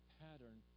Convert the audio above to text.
pattern